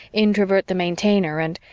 introvert the maintainer and.